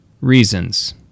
reasons